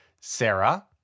Sarah